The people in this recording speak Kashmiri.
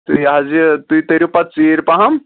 تہٕ یہِ حظ یہِ تُہۍ تٔرِو پتہٕ ژیٖرۍ پہن